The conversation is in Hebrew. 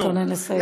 תתכונן לסיים,